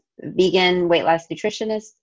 vegan.weightloss.nutritionist